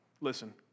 listen